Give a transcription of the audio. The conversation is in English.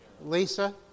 Lisa